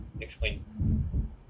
explain